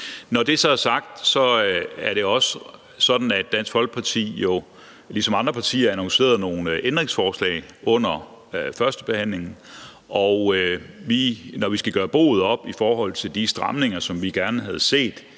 Når det så er sagt, er det også sådan, at Dansk Folkeparti jo ligesom andre partier annoncerede nogle ændringsforslag under førstebehandlingen, og når vi skal gøre boet op i forhold til de stramninger, som vi gerne havde set